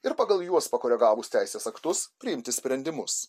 ir pagal juos pakoregavus teisės aktus priimti sprendimus